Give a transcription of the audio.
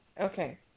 Okay